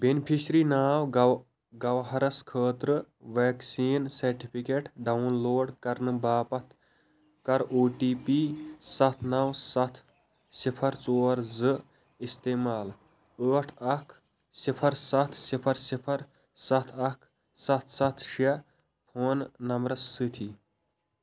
beneficiary ناو گو گَوہرس خٲطرٕ ویکسیٖن سرٹِفکیٹ ڈاوُن لوڈ کرنہٕ باپتھ کر او ٹی پی سَتھ نو سَتھ صِفر ژور زٕ اِستعمال ٲٹھ اکھ صِفر سَتھ صِفر صِفر سَتھ اکھ سَتھ سَتھ شےٚ فون نمبرس سۭتھی